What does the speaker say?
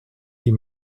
die